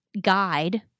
guide